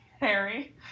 Harry